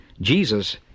Jesus